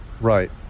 right